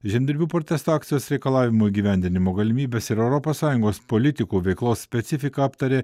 žemdirbių protesto akcijos reikalavimų įgyvendinimo galimybes ir europos sąjungos politikų veiklos specifiką aptarė